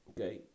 Okay